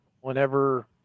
whenever